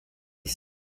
said